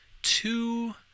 two